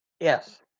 Yes